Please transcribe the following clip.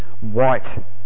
white